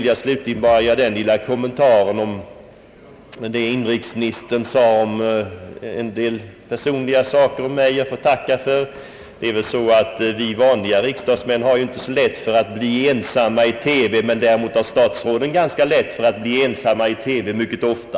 Jag får tacka för de mera personliga saker, som inrikesministern sade om mig. Jag vill bara göra kommentaren, att vi vanliga riksdagsmän inte har så lätt för att bli ensamma i TV. Däremot har statsråden ganska lätt för att bli ensamma i TV — det sker mycket ofta.